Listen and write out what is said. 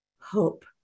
hope